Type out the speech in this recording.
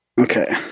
Okay